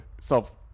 self